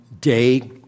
day